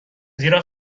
زیرا